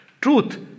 Truth